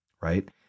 right